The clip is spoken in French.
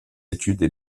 études